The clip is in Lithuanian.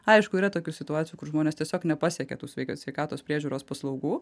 aišku yra tokių situacijų kur žmonės tiesiog nepasiekia tų sveikas sveikatos priežiūros paslaugų